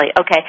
okay